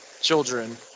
children